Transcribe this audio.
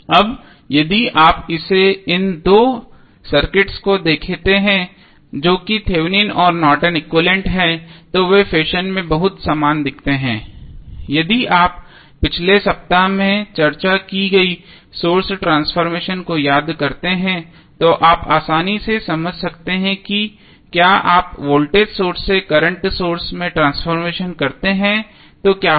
अब यदि आप इसे इन दो सर्किट्स को देखते हैं जो कि थेवेनिन और Norton equivalent Thevenins and Nortons equivalent हैं तो वे फैशन में बहुत समान दिखते हैं यदि आप पिछले सप्ताह में चर्चा की गई सोर्स ट्रांसफॉर्मेशन को याद करते हैं तो आप आसानी से समझ सकते हैं कि क्या आप वोल्टेज सोर्स से करंट सोर्स में ट्रांसफॉर्मेशन करते हैं तो क्या होगा